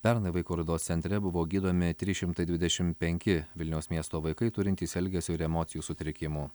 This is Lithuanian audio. pernai vaikų raidos centre buvo gydomi trys šimtai dvidešim penki vilniaus miesto vaikai turintys elgesio ir emocijų sutrikimų